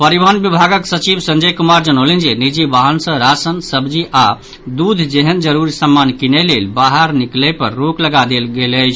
परिवहन विभागक सचिव संजय कुमार जनौलनि जे निजी वाहन सँ राशन सब्जी आओर दूध जेहन जरूरी समान किनय लेल बाहर निकलय पर रोक लगा देल गेल अछि